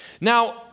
Now